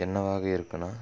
என்னவாக இருக்குதுனா